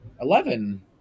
eleven